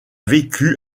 vécu